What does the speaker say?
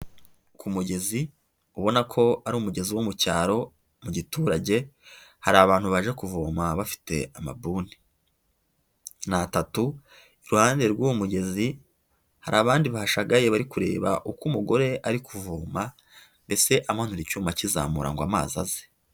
Ku mugezi ubona ko ari umugezi wo mu cyaro mu giturage hari abantu baje kuvoma bafite amabuni. Ni atatu, iruhande rw'uwo mugezi hari abandi bashagaye bari kureba uko umugore ari kuvoma mbese amanura icyuma akizamura ngo amazi aze.